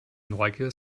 neugier